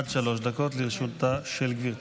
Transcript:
עד שלוש דקות לרשותה של גברתי.